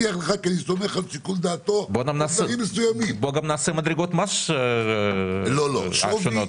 בוא גם נעשה מדרגות מס שונות.